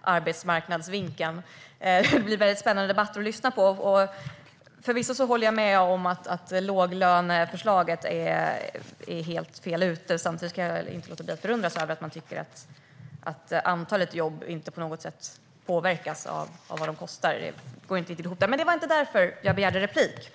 arbetsmarknadsvinkeln. Det blir väldigt spännande debatter att lyssna på. Förvisso håller jag med om att låglöneförslaget är helt fel ute. Samtidigt kan jag inte låta bli att förundras över att man hävdar att antalet jobb inte på något sätt påverkas av vad de kostar. Det går inte riktigt ihop. Men det var inte därför jag begärde replik.